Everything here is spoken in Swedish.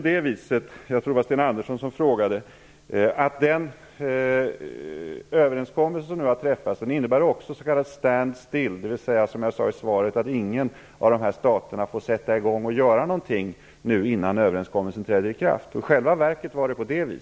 Den överenskommelse som nu har träffats innebär också s.k. "stand still", dvs. att ingen av dessa stater får sätta i gång att göra någonting innan överenskommelsen träder i kraft, som jag sade i svaret. Jag tror att det var Sten Andersson som frågade.